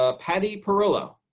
ah patty perillo.